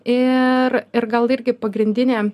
ir ir gal irgi pagrindinė